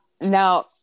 Now